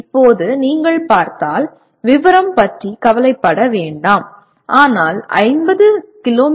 இப்போது நீங்கள் பார்த்தால் விவரம் பற்றி கவலைப்பட வேண்டாம் ஆனால் 50 கி